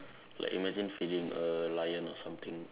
like imagine feeding a lion or something